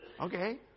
Okay